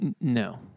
No